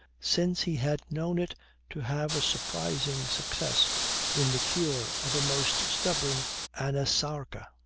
since he had known it to have a surprising success in the cure of a most stubborn anasarca,